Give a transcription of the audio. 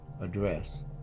address